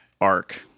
arc